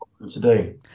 Today